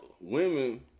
women